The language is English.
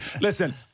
Listen